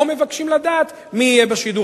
או מבקשים לדעת מי יהיה בשידור.